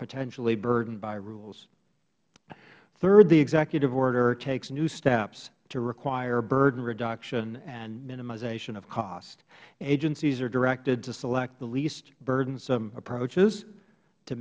potentially burdened by rules third the executive order takes new steps to require burden reduction and minimization of costs agencies are directed to select the least burdensome approaches to